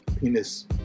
penis